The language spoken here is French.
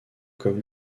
comme